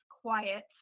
quiet